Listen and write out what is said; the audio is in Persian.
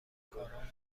کارامون